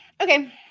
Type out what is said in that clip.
Okay